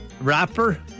rapper